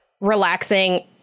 relaxing